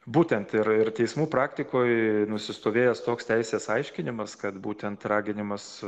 būtent ir ir teismų praktikoj nusistovėjęs toks teisės aiškinimas kad būtent raginimas